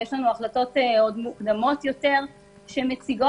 ויש לנו החלטות מוקדמות יותר שמציגות